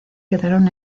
quedaron